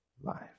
life